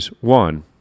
One